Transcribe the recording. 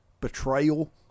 betrayal